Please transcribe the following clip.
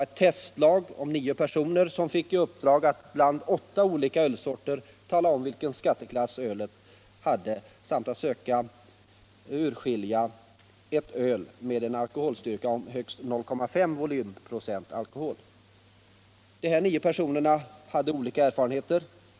Ett testlag på nio personer fick i uppdrag att bland åtta olika ölsorter tala om vilken skatteklass ölet hade samt att söka urskilja ett öl med en alkoholstyrka om högst 0,5 volymprocent alkohol. De nio personerna hade olika erfarenheter.